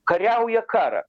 kariauja karą